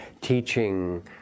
teaching